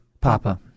Papa